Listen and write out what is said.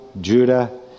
Judah